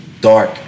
dark